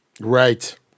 Right